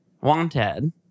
wanted